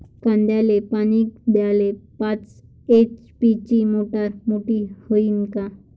कांद्याले पानी द्याले पाच एच.पी ची मोटार मोटी व्हईन का?